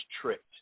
tricked